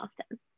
often